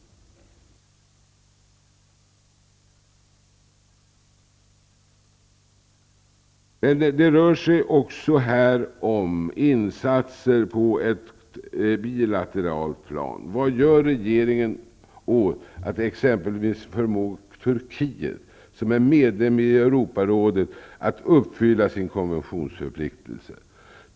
Det rör sig också här om insatser på ett bilateralt plan. Vad gör regeringen för att förmå exempelvis Turkiet, som är medlem i Europarådet, att uppfylla sin konventionsförpliktelse?